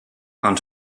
and